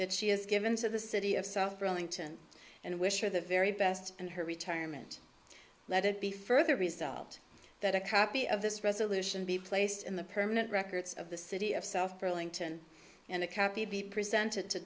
that she has given to the city of sulphur ellington and wish her the very best and her retirement let it be further resolved that a copy of this resolution be placed in the permanent records of the city of south for ellington and a copy be presented to